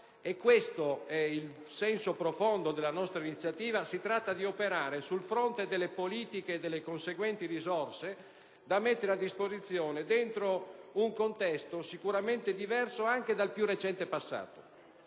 e questo è il senso profondo della nostra iniziativa, si tratta di operare sul fronte delle politiche e delle conseguenti risorse da mettere a disposizione all'interno di un contesto sicuramente diverso anche dal più recente passato.